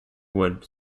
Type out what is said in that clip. would